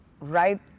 right